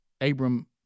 Abram